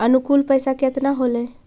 अनुकुल पैसा केतना होलय